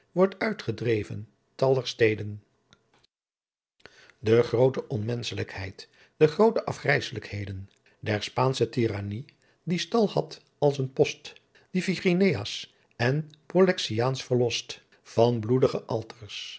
wordt uitgedreven t'aller steden de groote onmenschlykheidt de groote afgrijslykheden der spaansche tieranny die stal had als een post d'iphigeniaas en polixenaas verlost van bloedighe